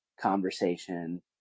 conversation